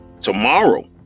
tomorrow